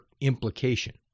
implication